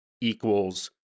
equals